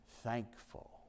thankful